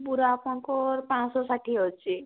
ବୁରା ଆପଣଙ୍କର ପାଂଶ ଷାଠିଏ ଅଛି